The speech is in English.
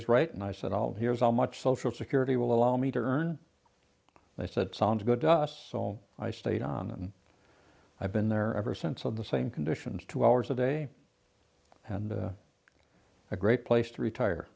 is right and i said i'll here's how much social security will allow me to earn i said sounds good to us all i stayed on and i've been there ever since of the same conditions two hours a day and a great place to retire